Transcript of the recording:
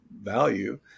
value